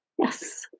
yes